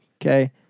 Okay